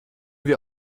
wir